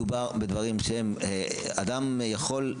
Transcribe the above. מדובר בדברים שאדם יכול,